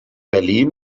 berlin